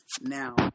now